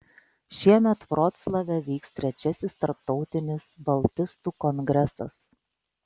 šiemet vroclave vyks trečiasis tarptautinis baltistų kongresas